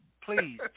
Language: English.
please